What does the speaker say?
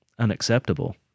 unacceptable